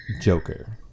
Joker